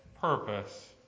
purpose